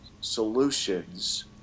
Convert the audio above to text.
solutions